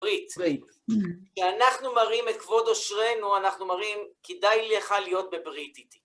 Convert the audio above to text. ברית, כי אנחנו מראים את כבוד עושרנו, אנחנו מראים, כדאי לך להיות בברית איתי.